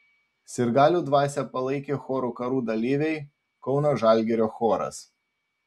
sirgalių dvasią palaikė chorų karų dalyviai kauno žalgirio choras